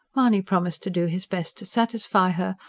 mahony promised to do his best to satisfy her,